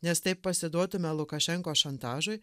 nes taip pasiduotume lukašenkos šantažui